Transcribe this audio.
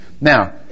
Now